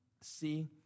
see